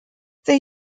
they